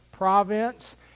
province